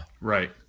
right